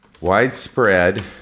Widespread